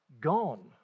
Gone